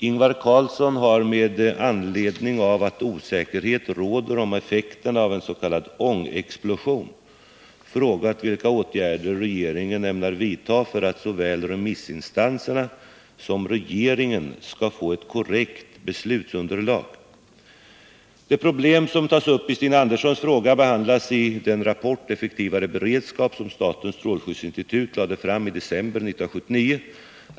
Ingvar Carlsson har med anledning av att osäkerhet råder om effekterna av en s.k. ångexplosion frågat vilka åtgärder regeringen ämnar vidta för att såväl remissinstanserna som regeringen skall få ett korrekt beslutsunderlag. Det problem som tas upp i Stina Anderssons fråga behandlas i den rapport Effektivare beredskap som statens strålskyddsinstitut lade fram i december 1979.